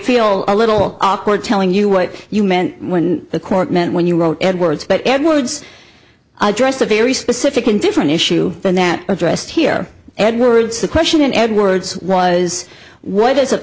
feel a little awkward telling you what you meant when the court meant when you wrote edwards but edwards addressed a very specific and different issue than that addressed here edwards the question edwards was what is